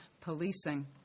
policing